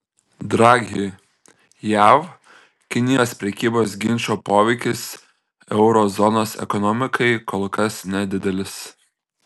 draghi jav kinijos prekybos ginčo poveikis euro zonos ekonomikai kol kas nedidelis